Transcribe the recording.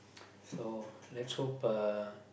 so let's hope uh